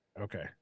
Okay